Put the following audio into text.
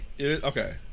Okay